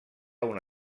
una